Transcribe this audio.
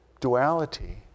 duality